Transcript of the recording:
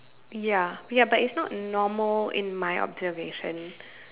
ya ya but it's not normal in my observation